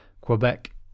Quebec